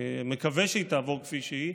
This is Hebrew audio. ואני מקווה שהיא תעבור כמו שהיא,